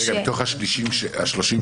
מתוך 30 שאושרו?